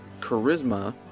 charisma